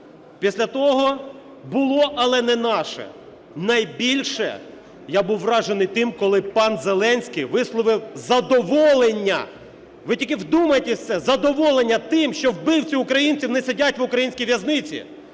Після того: було, але не наше. Найбільше я був вражений тим, коли пан Зеленський висловив задоволення, ви тільки вдумайтесь в це, задоволення тим, що вбивці українців не сидять в український в'язниці.